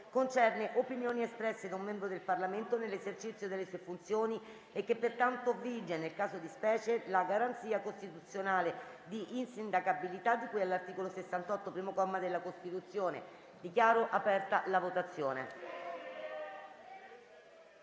concerne opinioni espresse da un membro del Parlamento nell'esercizio delle sue funzioni e che, pertanto, vige nel caso di specie la garanzia costituzionale di insindacabilità di cui all'articolo 68, primo comma, della Costituzione. *(Segue la votazione).*